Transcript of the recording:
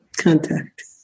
Contact